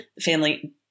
family